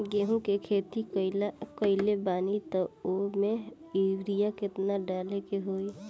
गेहूं के खेती कइले बानी त वो में युरिया केतना डाले के होई?